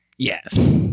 Yes